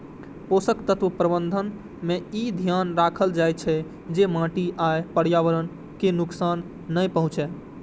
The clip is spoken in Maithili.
पोषक तत्व प्रबंधन मे ई ध्यान राखल जाइ छै, जे माटि आ पर्यावरण कें नुकसान नै पहुंचै